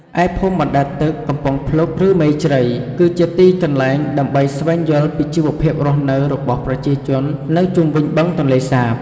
ឯភូមិបណ្តែតទឹកកំពង់ភ្លុក ឬមេជ្រៃ គឺជាទីកន្លែងដើម្បីស្វែងយល់ពីជីវភាពរស់នៅរបស់ប្រជាជននៅជុំវិញបឹងទន្លេសាប។